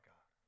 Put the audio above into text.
God